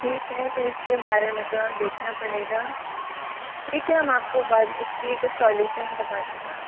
ठीक है तो इसके बारे में तो अब देखना पड़ेगा ठीक है हम आपको बाद इसकी कुछ सोल्यूशन बताते हैं